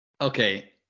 Okay